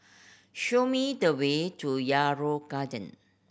show me the way to Yarrow Garden